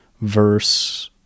verse